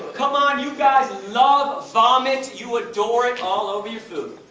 c'mon you guys love vomit, you adore it all over your food.